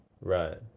Right